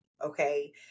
Okay